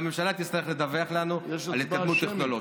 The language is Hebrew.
והממשלה תצטרך לדווח לנו על התפתחות טכנולוגית.